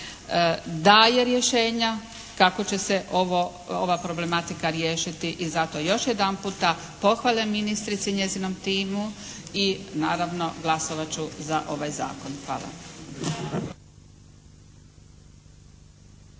daje rješenja kako će se ova problematika riješiti i zato još jedanputa pohvale ministrici i njezinom timu i naravno glasovat ću za ovaj zakon. Hvala.